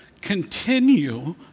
continue